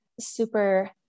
super